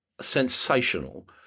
sensational